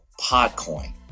Podcoin